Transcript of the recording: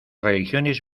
religiones